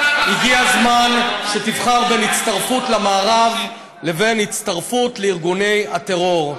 הגיע הזמן שתבחר בין הצטרפות למערב לבין הצטרפות לארגוני הטרור.